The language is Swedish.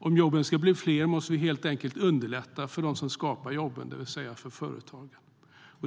Om jobben ska bli fler måste vi helt enkelt underlätta för dem som skapar jobben, det vill säga företagen.